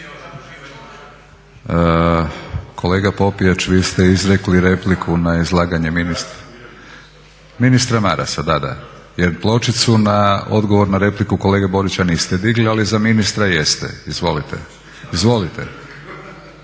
Kolega Popijač vi ste izrekli repliku na izlaganje ministra Marasa, jer pločicu na odgovor na repliku kolege Borića niste digli, ali za ministar jeste. Izvolite. **Popijač,